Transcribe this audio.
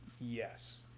Yes